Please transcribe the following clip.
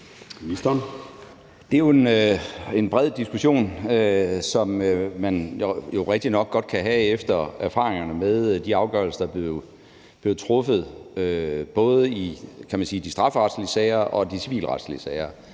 Det er jo en bred diskussion, som man rigtignok godt kan have efter erfaringerne med de afgørelser, der blev truffet, både i de strafferetlige sager og i de civilretlige sager